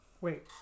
Wait